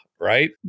right